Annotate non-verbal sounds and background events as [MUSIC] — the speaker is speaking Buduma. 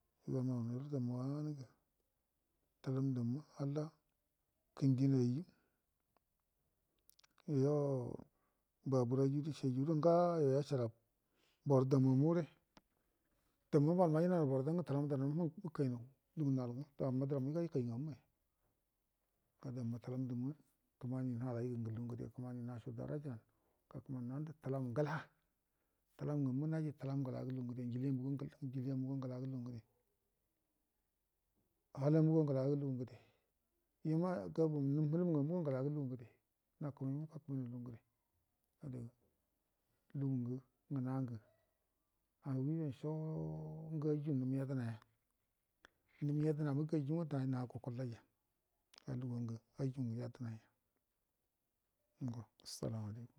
[UNINTELLIGIBLE] təlam daunna hallah kəndibi yeyiju yo ba burə yeyiju dishiyeyiju do ngayo yashara borə dammamu damma ubal majənanau boradan nga təlam ndadnə maa məkainau guma dəramma iga yikai ngammaya ga damma təlam ngamma kəmani nhalai gə ngə ingu ngəde kəmani nashu darajan kəmani nandə təlam ngəla təlam ngamma naji təlam ngəlagə ngə lugu ngəde njileemugo ngəlagə ngə lugu ngəde yauwa gabomugo ngamma ngəlagə ngə lugu ngəde yauwa gabomu nwu muluru ngamugo ngəlagə ngə lugu ngəde lugungə ngən ngə mashoo ngə aju num yedenaya num yedəna gaju uga ima naa gukullaiya ga lugu ngə aju num yedənaya ngo salamu alakum.